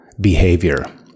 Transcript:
behavior